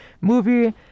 movie